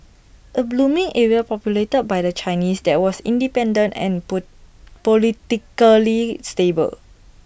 A booming area populated by the Chinese that was independent and P politically stable